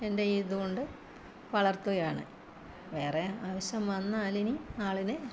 എൻ്റെ ഇതുകൊണ്ട് വളർത്തുകയാണ് വേറെ ആവശ്യം വന്നാലിനി ആളിനെ